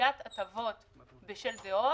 שלילת הטבות בשל הטבות,